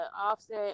Offset